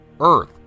earth